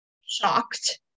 shocked